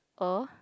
or